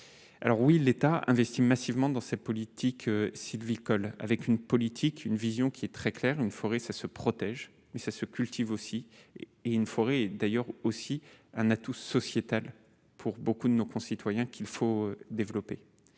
alors oui, l'État investit massivement dans cette politique sylvicole avec une politique, une vision qui est très clair : il forêt ça se protège, mais ça se cultive aussi et une forêt d'ailleurs aussi un atout sociétal pour beaucoup de nos concitoyens, qu'il faut développer